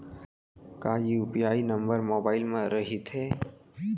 का UPI number mobile म रहिथे?